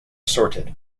sorted